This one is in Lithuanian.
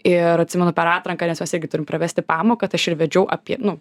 ir atsimenu per atranką nes mes irgi turim pravesti pamoką tai aš ir vedžiau apie nu